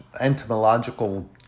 entomological